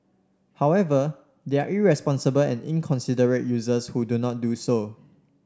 however there are irresponsible and inconsiderate users who do not do so